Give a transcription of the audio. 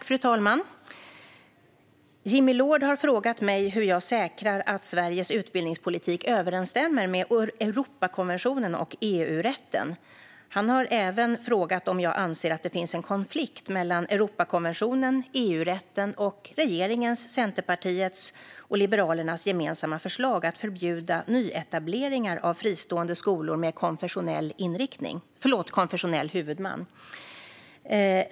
Fru talman! Jimmy Loord har frågat mig hur jag säkrar att Sveriges utbildningspolitik överensstämmer med Europakonventionen och EU-rätten. Han har även frågat om jag anser att det finns en konflikt mellan Europakonventionen, EU-rätten och regeringens, Centerpartiets och Liberalernas gemensamma förslag att förbjuda nyetableringar av fristående skolor med konfessionell huvudman.